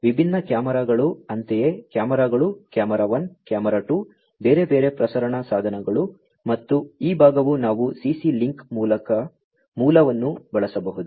ವಿಭಿನ್ನ ಕ್ಯಾಮೆರಾಗಳು ಅಂತೆಯೇ ಕ್ಯಾಮೆರಾಗಳು ಕ್ಯಾಮೆರಾ 1 ಕ್ಯಾಮೆರಾ 2 ಬೇರೆ ಬೇರೆ ಪ್ರಸರಣ ಸಾಧನಗಳು ಮತ್ತು ಈ ಭಾಗವನ್ನು ನಾವು CC ಲಿಂಕ್ ಮೂಲವನ್ನು ಬಳಸಬಹುದು